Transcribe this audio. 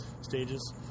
stages